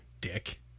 dick